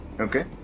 Okay